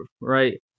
right